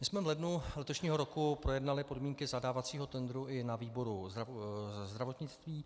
My jsme v lednu letošního roku projednali podmínky zadávacího tendru i na výboru zdravotnictví.